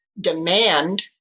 demand